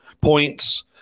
points